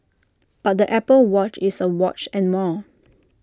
but the Apple watch is A watch and more